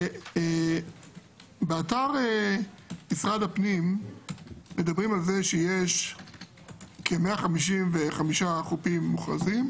באתר משרד הפנים מדברים על זה שיש כ-155 חופים מוכרזים.